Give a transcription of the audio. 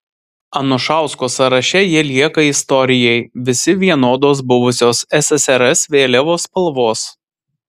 anušausko sąraše jie lieka istorijai visi vienodos buvusios ssrs vėliavos spalvos